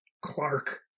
clark